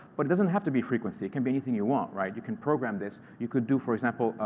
but it doesn't have to be frequency. it can be anything you want, right? you can program this. you could do, for example,